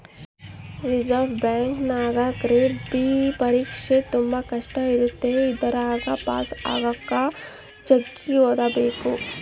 reserve ಬ್ಯಾಂಕಿನಗ grade B ಪರೀಕ್ಷೆ ತುಂಬಾ ಕಷ್ಟ ಇರುತ್ತೆ ಇದರಗ ಪಾಸು ಆಗಕ ಜಗ್ಗಿ ಓದಬೇಕು